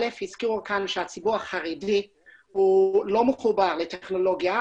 הזכירו שהציבור החרדי לא מחובר לטכנולוגיה,